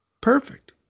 Perfect